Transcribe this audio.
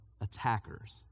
attackers